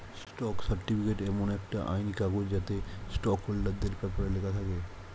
stock certificate এমন একটা আইনি কাগজ যাতে স্টক হোল্ডারদের ব্যপারে লেখা থাকে